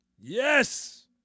Yes